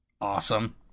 awesome